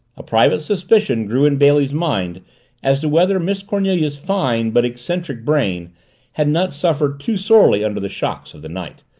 a private suspicion grew in bailey's mind as to whether miss cornelia's fine but eccentric brain had not suffered too sorely under the shocks of the night.